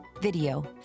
video